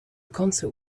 concert